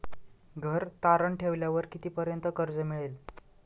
घर तारण ठेवल्यावर कितीपर्यंत कर्ज मिळेल?